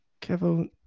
Kevin